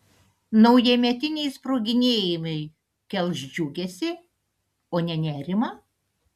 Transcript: naujametiniai sproginėjimai kels džiugesį o ne nerimą